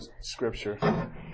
scripture